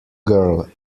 girl